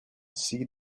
see